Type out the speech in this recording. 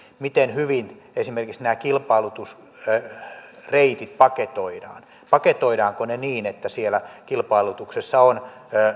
miten hyvin esimerkiksi nämä kilpailutusreitit paketoidaan paketoidaanko ne niin että siellä kilpailutuksessa on